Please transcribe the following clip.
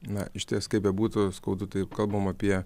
na išties kaip bebūtų skaudu taip kalbam apie